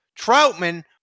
Troutman